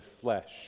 flesh